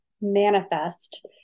manifest